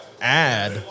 add